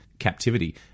Captivity